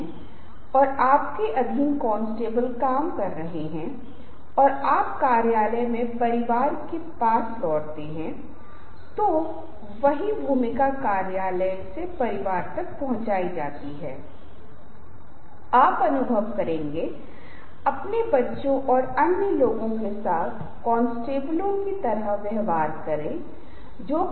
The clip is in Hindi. जैसा कि मैंने आपके साथ पहले कहा है और ये चीजें हैं जो प्रस्तुतियों के संदर्भ में बहुत महत्वपूर्ण हो जाती हैं अपने शरीर के बारे में भूलने की कोशिश करें क्योंकि एक बार जब आप ऐसा करेंगे तो शरीर सहज हो जाएगा और आप अधिक प्रभावी ढंग से और अधिक आराम से संवाद कर पाएंगे